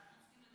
וצפון.